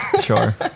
Sure